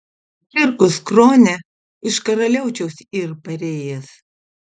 cirkus krone iš karaliaučiaus yr parėjęs